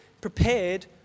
prepared